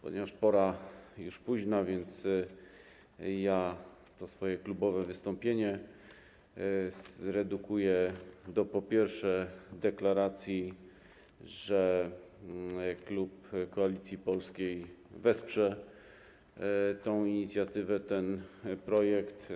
Ponieważ pora już późna, więc to swoje klubowe wystąpienie zredukuję do, po pierwsze, deklaracji, że klub Koalicji Polskiej wesprze tę inicjatywę, ten projekt.